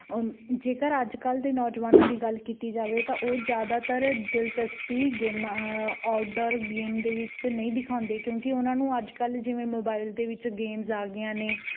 ਜੇਕਰ ਅੱਜਕੱਲ੍ਹ ਦੇ ਨੌਜਵਾਨਾਂ ਦੀ ਗੱਲ ਕੀਤੀ ਜਾਵੇ ਤਾਂ ਉਹ ਜ਼ਿਆਦਾਤਰ ਦਿਲਚਸਪੀ ਗੇਮਾਂ ਆਊਟਡੋਰ ਗੇਮ ਦੇ ਵਿੱਚ ਨਹੀਂ ਦਿਖਾਉਂਦੇ ਕਿਉਂਕਿ ਉਹਨਾਂ ਨੂੰ ਅੱਜਕੱਲ੍ਹ ਜਿਵੇਂ ਮੋਬਾਈਲ ਦੇ ਵਿੱਚ ਗੇਮਸ ਆ ਗਈਆਂ ਨੇ